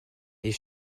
est